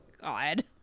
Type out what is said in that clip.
god